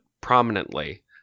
prominently